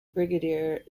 brigadier